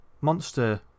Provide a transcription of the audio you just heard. monster